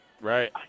Right